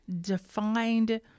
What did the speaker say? defined